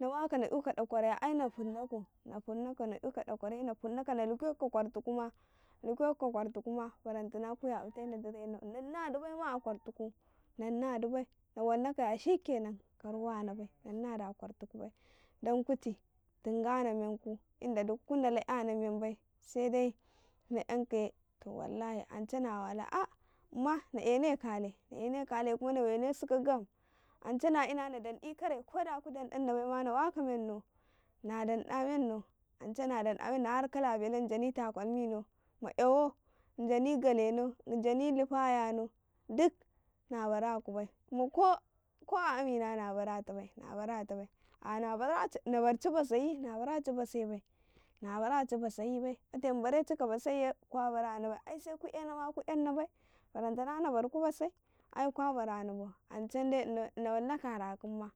﻿Na wa ko na eko dakwaro ye na ai funnaka na funnako na yuko dakwaraya na funnaka na luke kuko kwartuku ma nan di a kwartuku bai ma barantana ku yabatena di raino na nadi baima a kwartuku na nadi bai ma wal naka ya shikenan ka ruwa na bai nan nadi a kwar tuku bai dan kuti tingana meku inda duk ku ndala yana men bai saide na yankaye to ance nawala aahh umma na enekale, na ene kale kuma na wenesuka gam na ina nadanɗo kare koda ku dan ɗan na bai ma na waka mennau na dan ɗa mennau, na dan ɗa meannu ance na dan ɗa har kala belu na jani takalmi no ma yawau, najani gale no na jani lifaya no na bara ku bai kuma ko a amina na barata bai, na bara ta bai ah nabari nabarci basai nabara ta bai ah nabarci basai bai ote na bareci basaiye kwa barana bai ai sai ku enama ku yan bai barantana nabarku basai ai kwa barana bai ancai dai inau na wai naka a rakunma,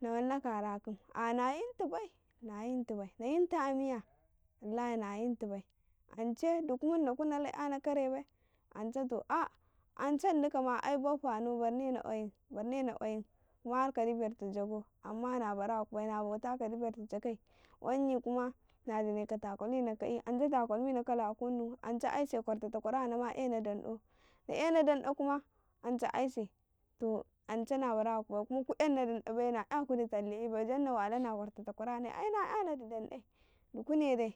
na wainaka a rakunma, na wainaka a rakun ah nayinti bai na yinti bai na yintu a miya na yinti bai ance duku mandi ku ndala yanakare bai ance to ah ance indika ma agi baffanau barnena kwayin kuma har ka diberta jagau amma na baraku bai na bauta ka diberta jagai kwayinyi kuma na jane ka takalmi no ka ka i ance takalmina kala kunnu ance ai se kwarta takwarano ma ma ena dan ɗa ku ena dan ɗa bai ma na yakudi talle yibai jan na walidi a kwarta takwara no ai na yanadi dan ɗai duku nedai.